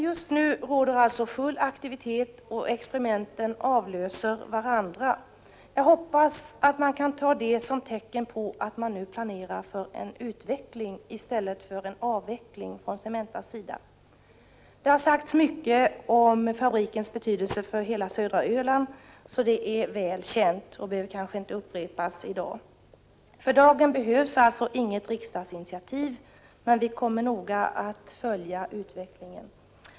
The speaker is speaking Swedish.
Just nu råder alltså full aktivitet och experimenten avlöser varandra. Jag hoppas jag kan ta det som ett tecken på att man nu planerar för en utveckling i stället för en avveckling från Cementas sida. Det har sagts mycket om fabrikens betydelse för hela södra Öland, så det är väl känt och behöver kanske inte upprepas i dag. För dagen behövs alltså inget riksdagsinitiativ, men vi kommer att noga följa utvecklingen.